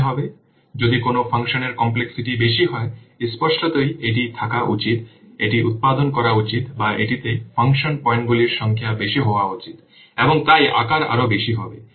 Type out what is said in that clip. সুতরাং যদি কোনো ফাংশনের কমপ্লেক্সিটি বেশি হয় স্পষ্টতই এটি থাকা উচিত এটি উত্পাদন করা উচিত বা এটিতে ফাংশন পয়েন্টগুলির সংখ্যা বেশি হওয়া উচিত এবং তাই আকার আরও বেশি হবে